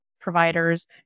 providers